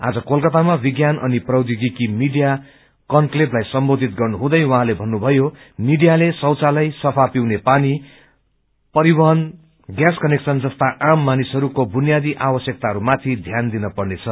आज कलकतामा विज्ञान अनि प्रौद्योगिकी मीडिया कन्वलेवलाई सम्बोधित गर्नुहुँदै उहाँले भन्नुभयो मीडियाले शौचालय सफा पिउने पानी परिवहन ग्यास कनेक्शन जस्ता आम मानिसहरूको बुनियाँदी आवश्यकताहरूमाथि ध्यान दिन पर्नेछ